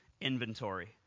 inventory